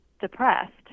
depressed